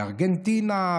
בארגנטינה,